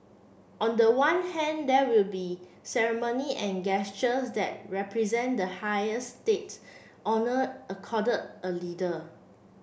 on the one hand there will be ceremony and gestures that represent the highest state honour accorded a leader